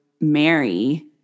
Mary